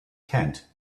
tent